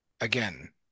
again